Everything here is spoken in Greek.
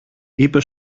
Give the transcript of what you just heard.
είπε